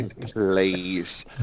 Please